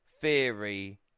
Theory